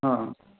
हा